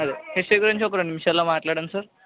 hello history గురించి ఒక రెండు నిమిషాలలో మాట్లాడండి సార్